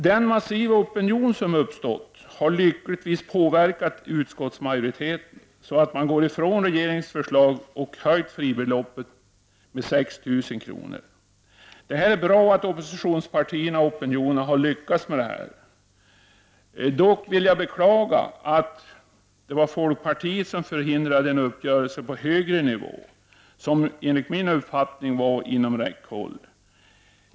Den massiva opinion som uppstått har lyckligtvis påverkat utskottsmajoriteten. Man har således gått ifrån regeringens förslag och höjt fribeloppet med 6 000 kr. Det är bra att oppositionspartierna och opinionen har lyckats med detta. Jag beklagar dock att det var folkpartiet som förhindrade en uppgörelse på högre nivå, som enligt min uppfattning var inom räckhåll.